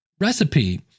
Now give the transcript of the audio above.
recipe